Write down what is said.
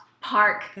Park